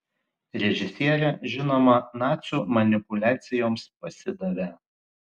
režisierė žinoma nacių manipuliacijoms pasidavė